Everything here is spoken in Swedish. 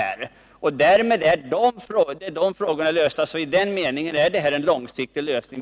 De frågorna är nu lösta, och i den meningen är det fråga om en långsiktig lösning.